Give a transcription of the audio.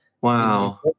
Wow